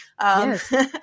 Yes